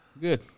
good